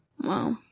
Wow